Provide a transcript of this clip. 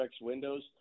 windows